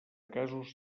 casos